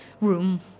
room